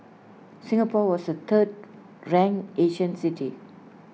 Singapore was the third ranked Asian city